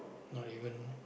not even